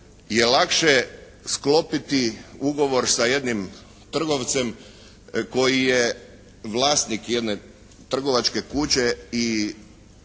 je lakše sklopiti ugovor sa jednim trgovcem koji je vlasnik jedne trgovačke kuće i